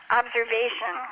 observation